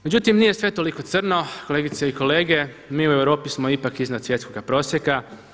Međutim, nije sve toliko crno, kolegice i kolege, mi u Europi smo ipak iznad svjetskoga prosjeka.